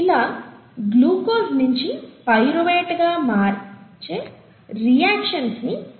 ఇలా గ్లూకోస్ నించి పైరువేట్ గా మార్చే రియాక్షన్స్ ని గ్లైకోలిసిస్ అంటాము